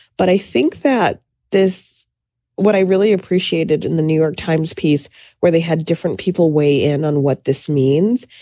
but i think that this what i really appreciated in the new york times piece where they had different people weigh in on what this means.